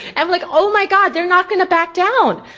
i'm like oh my god, they're not gonna back down.